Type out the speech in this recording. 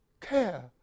care